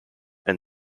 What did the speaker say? and